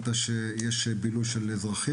שזה זמן שיש בו בילוי של אזרחים,